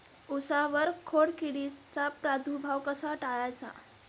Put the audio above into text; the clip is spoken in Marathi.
उसावर खोडकिडीचा प्रादुर्भाव कसा टाळायचा?